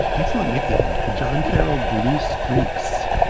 excellent nickname. the john carroll blue streaks.